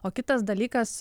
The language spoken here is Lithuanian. o kitas dalykas